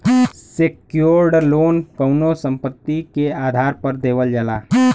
secured loan कउनो संपत्ति के आधार पर देवल जाला